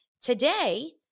today